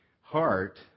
heart